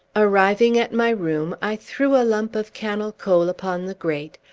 arriving at my room, i threw a lump of cannel coal upon the grate,